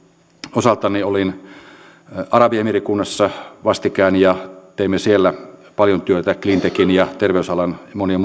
osaltani olin arabi emiirikunnissa vastikään ja teimme siellä paljon työtä cleantechin ja terveysalan ja monien